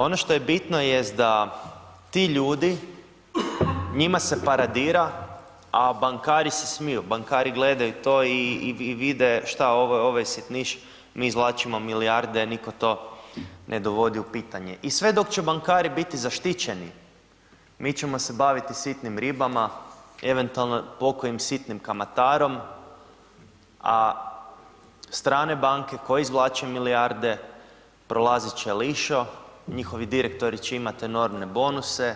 Ono što je bitno jest da ti ljudi, njima se paradira, a bankari se smiju, bankari gledaju to i vide šta ovaj sitniš, mi izvlačimo milijarde, nitko to ne dovodi u pitanje i sve dok će bankari biti zaštićeni, mi ćemo se baviti sitnim ribama, eventualno pokojim sitnim kamatarom, a strane banke koje izvlače milijarde prolazit će lišo, njihovi direktori će imati enormne bonuse,